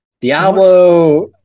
Diablo